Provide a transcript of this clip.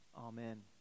Amen